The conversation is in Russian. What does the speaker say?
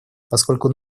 поскольку